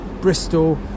bristol